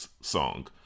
song